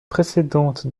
précédentes